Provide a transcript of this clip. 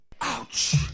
Ouch